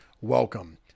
Welcome